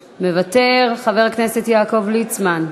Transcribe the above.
מוותר, חבר הכנסת יעקב ליצמן,